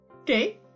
Okay